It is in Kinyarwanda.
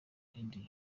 india